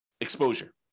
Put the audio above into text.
exposure